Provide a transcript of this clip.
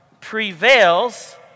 prevails